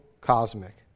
cosmic